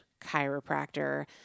chiropractor